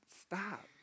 stop